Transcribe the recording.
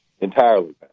entirely